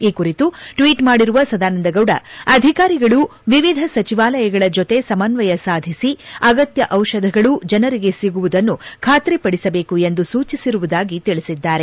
ಈ ಕುರಿತು ಟ್ವೀಟ್ ಮಾಡಿರುವ ಸದಾನಂದ ಗೌಡ ಅಧಿಕಾರಿಗಳು ವಿವಿಧ ಸಚಿವಾಲಯಗಳ ಜತೆ ಸಮನ್ವಯ ಸಾಧಿಸಿ ಅಗತ್ಯ ಔಷಧಗಳು ಜನರಿಗೆ ಸಿಗುವುದನ್ನು ಖಾತ್ರಿಪಡಿಸಬೇಕು ಎಂದು ಸೂಚಿಸಿರುವುದಾಗಿ ತಿಳಿಸಿದ್ದಾರೆ